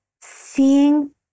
seeing